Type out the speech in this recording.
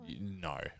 No